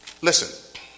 listen